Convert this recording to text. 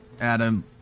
Adam